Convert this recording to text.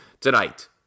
tonight